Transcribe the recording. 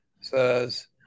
says